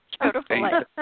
beautiful